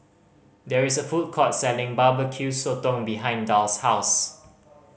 there is a food court selling Barbecue Sotong behind Darl's house